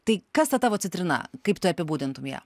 tai kas ta tavo citrina kaip tu apibūdintum ją